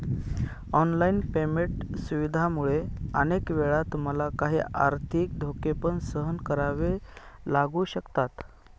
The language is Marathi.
ऑनलाइन पेमेंट सुविधांमुळे अनेक वेळा तुम्हाला काही आर्थिक धोके पण सहन करावे लागू शकतात